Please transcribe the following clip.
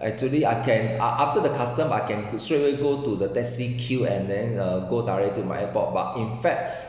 actually I can af~ after the customs I can straight away go to the taxi queue and then uh go direct to my airport but in fact